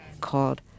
called